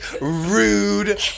rude